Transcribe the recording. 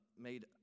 made